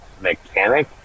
mechanic